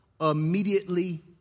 immediately